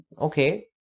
okay